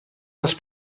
els